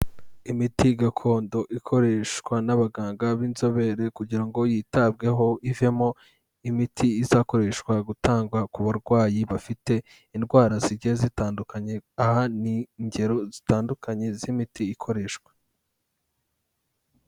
Imiti gakondo ikoreshwa n'abaganga b'inzobere kugira ngo yitabweho ivemo imiti izakoreshwa gutangwa ku barwayi, bafite indwara zigiye zitandukanye, aha ni ingero zitandukanye z'imiti ikoreshwa.